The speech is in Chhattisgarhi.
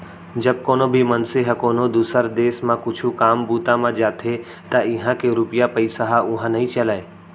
जब कोनो भी मनसे ह कोनो दुसर देस म कुछु काम बूता म जाथे त इहां के रूपिया पइसा ह उहां नइ चलय